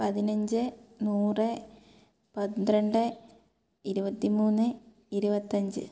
പതിനഞ്ച് നൂറ് പന്ത്രണ്ട് ഇരുപത്തി മൂന്ന് ഇരുപത്തഞ്ച്